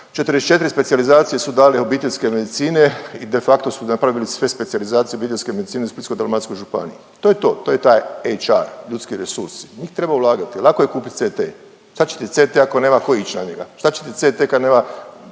44 specijalizacije su dale obiteljske medicine i de facto su napravili sve specijalizacije obiteljske medicine u Splitsko-dalmatinskoj županiji i to je taj HR, ljudski resursi, u njih treba ulagati, lako je kupiti CT. Šta će ti CT ako nema tko ić na njega? Šta će ti CT kad nema